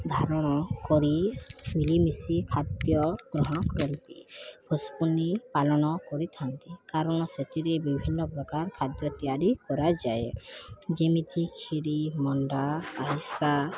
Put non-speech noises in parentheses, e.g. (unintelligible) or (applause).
ଧାରଣ କରି ମଲିମିଶି ଖାଦ୍ୟ ଗ୍ରହଣ କରନ୍ତି (unintelligible) ପାଳନ କରିଥାନ୍ତି କାରଣ ସେଥିରେ ବିଭିନ୍ନ ପ୍ରକାର ଖାଦ୍ୟ ତିଆରି କରାଯାଏ ଯେମିତି କ୍ଷୀରି ମଣ୍ଡା ଅରିଷା